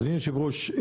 אדוני היושב ראש,